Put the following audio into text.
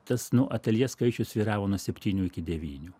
tas nu ateljė skaičius svyravo nuo septynių iki devynių